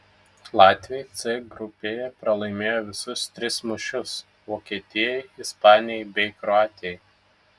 latviai c grupėje pralaimėjo visus tris mūšius vokietijai ispanijai bei kroatijai